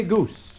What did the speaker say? Goose